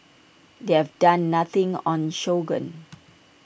they have done nothing on sorghum